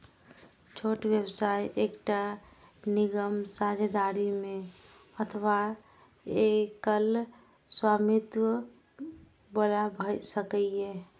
छोट व्यवसाय एकटा निगम, साझेदारी मे अथवा एकल स्वामित्व बला भए सकैए